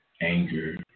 anger